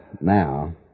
now